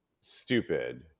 stupid